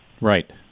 Right